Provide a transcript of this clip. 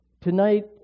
Tonight